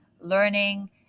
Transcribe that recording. learning